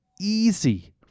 easy